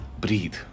breathe